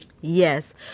Yes